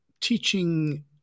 teaching